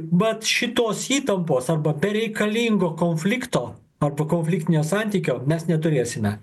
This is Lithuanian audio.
vat šitos įtampos arba bereikalingo konflikto arba konfliktinio santykio mes neturėsime